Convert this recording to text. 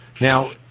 Now